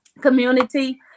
community